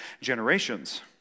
generations